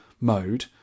mode